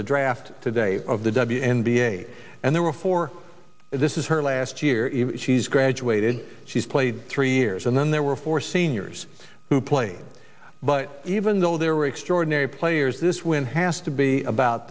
the draft today of the w n b a and there were four this is her last year she's graduated she's played three years and then there were four seniors who played but even though there were extraordinary players this win has to be about